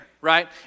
right